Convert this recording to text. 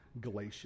galatia